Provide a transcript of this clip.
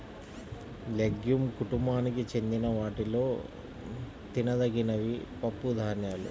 legume కుటుంబానికి చెందిన వాటిలో తినదగినవి పప్పుధాన్యాలు